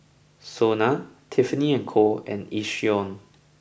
Sona Tiffany and Co and Yishion